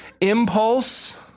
Impulse